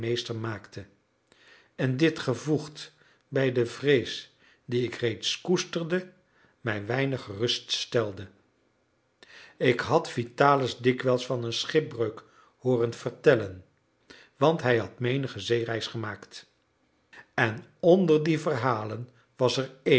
meester maakte en dit gevoegd bij de vrees die ik reeds koesterde mij weinig gerust stelde ik had vitalis dikwijls van een schipbreuk hooren vertellen want hij had menige zeereis gemaakt en onder die verhalen was er een